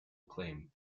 acclaim